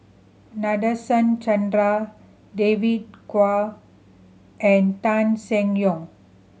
Nadasen Chandra David Kwo and Tan Seng Yong